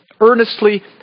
earnestly